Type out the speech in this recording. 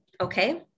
Okay